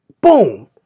boom